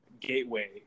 Gateway